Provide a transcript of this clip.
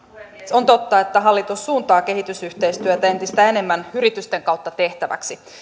on totta että hallitus suuntaa kehitysyhteistyötä entistä enemmän yritysten kautta tehtäväksi